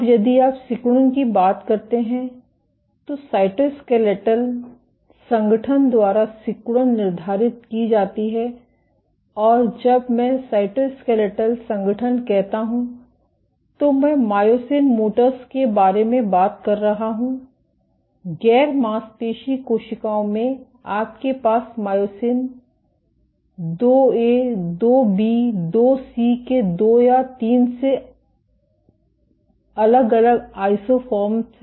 अब यदि आप सिकुड़न की बात करते हैं तो साइटोस्केलेटल संगठन द्वारा सिकुड़न निर्धारित की जाती है और जब मैं साइटोस्केलेटल संगठन कहता हूं तो मैं मायोसिन मोटर्स के बारे में बात कर रहा हूं गैर मांसपेशी कोशिकाओं में आपके पास myosin II A II B II C के 2 या 3 अलग अलग आइसोफोर्म हैं